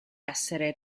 essere